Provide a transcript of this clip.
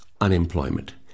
unemployment